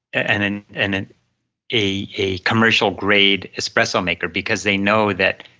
and then and and a a commercial grade espresso maker because they know that,